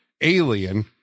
alien